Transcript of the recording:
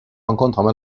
rencontrent